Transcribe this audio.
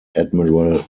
admiral